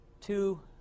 two